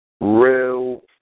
real